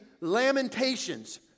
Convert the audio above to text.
Lamentations